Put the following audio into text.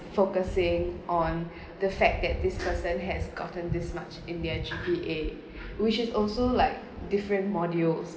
focusing on the fact that this person has gotten this much in their G_P_A which is also like different modules